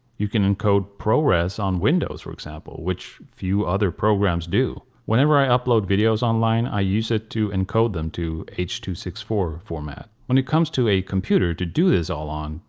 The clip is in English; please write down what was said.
you can encode prores on windows for example which few other programs do. whenever i upload videos online i use it to encode them to h two six four format. when it comes to a computer to do this all on,